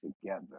together